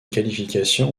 qualification